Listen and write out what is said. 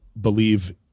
believe